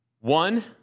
one